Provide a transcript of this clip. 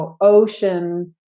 ocean